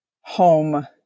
home